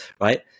right